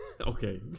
Okay